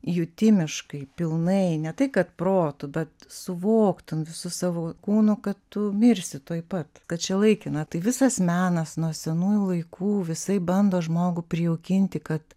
jutimiškai pilnai ne tai kad protu bet suvoktum visu savo kūnu kad tu mirsi tuoj pat kad čia laikina tai visas menas nuo senųjų laikų visaip bando žmogų prijaukinti kad